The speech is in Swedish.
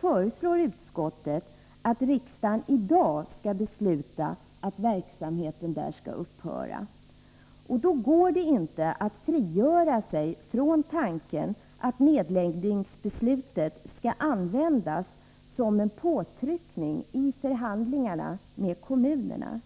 föreslår utskottet att riksdagen i dag skall besluta att verksamheten där skall upphöra. Det går inte att frigöra sig från tanken att nedläggningsbeslutet skall användas som en påtryckning i förhandlingarna med kommunerna.